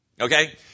Okay